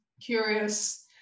curious